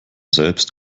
selbst